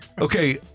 Okay